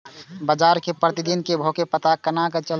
बजार के प्रतिदिन के भाव के पता केना चलते?